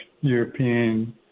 European